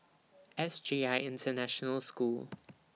S J I International School